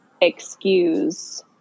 excuse